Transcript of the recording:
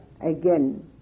again